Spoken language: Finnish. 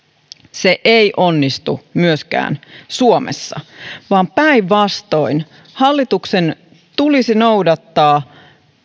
se ei onnistu myöskään suomessa vaan päinvastoin hallituksen tulisi noudattaa